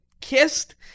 kissed